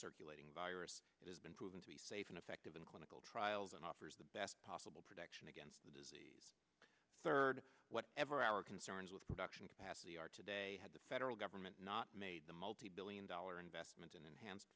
circulating virus that has been proven to be safe and effective in clinical trials and offers the best possible protection against the disease third whatever our concerns with production capacity are today admiral government not made the multibillion dollar investment in enhanced